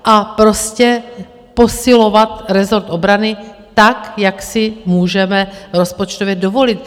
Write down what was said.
A prostě posilovat rezort obrany tak, jak si můžeme rozpočtově dovolit.